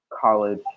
college